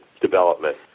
development